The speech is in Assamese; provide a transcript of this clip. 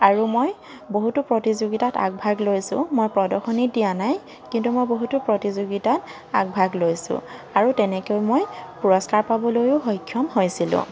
আৰু মই বহুতো প্ৰতিযোগীতাত আগভাগ লৈছোঁ মই প্ৰদৰ্শনী দিয়া নাই কিন্তু মই বহুতো প্ৰতিযোগীতাত আগভাগ লৈছোঁ আৰু তেনেকৈ মই পুৰষ্কাৰ পাবলৈয়ো সক্ষম হৈছিলোঁ